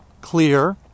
clear